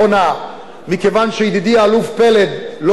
מכיוון שידידי האלוף פלד לא היה בסביבתי,